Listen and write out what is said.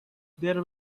there